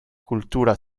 cultura